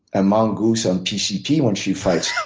a mongoose on pcp when she fights.